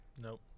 Nope